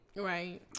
Right